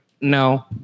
No